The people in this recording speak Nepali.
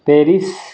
पेरिस